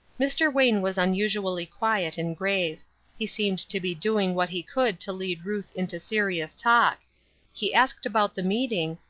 mr. wayne was unusually quiet and grave he seemed to be doing what he could to lead ruth into serious talk he asked about the meeting,